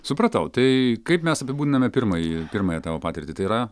supratau tai kaip mes apibūdiname pirmąjį pirmąją tavo patirtį tai yra